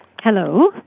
Hello